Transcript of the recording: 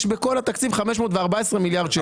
יש בכל התקציב 514 מיליארד שקל.